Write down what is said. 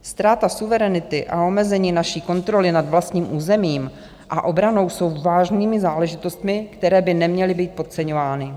Ztráta suverenity a omezení naší kontroly nad vlastním územím a obranou jsou vážnými záležitostmi, které by neměly být podceňovány.